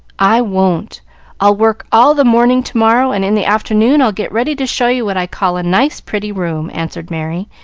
i won't i'll work all the morning to-morrow, and in the afternoon i'll get ready to show you what i call a nice, pretty room, answered merry,